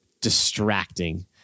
distracting